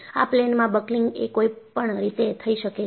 આ પ્લેનમાં બકલિંગ એ કોઈપણ રીતે થઈ શકે છે